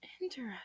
Interesting